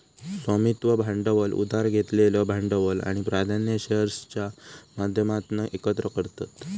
स्वामित्व भांडवल उधार घेतलेलं भांडवल आणि प्राधान्य शेअर्सच्या माध्यमातना एकत्र करतत